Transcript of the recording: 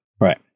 right